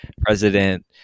president